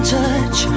touch